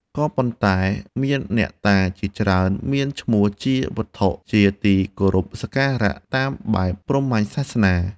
ក៏ប៉ុន្តែ មានអ្នកតាជាច្រើនមានឈ្មោះជាវត្ថុជាទីគោរពសក្ការៈតាមបែបព្រហ្មញ្ញសាសនា។